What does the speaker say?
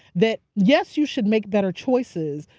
that, yes, you should make better choices,